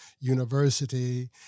university